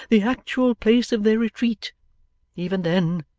the actual place of their retreat even then,